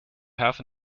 have